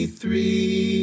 three